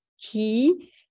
key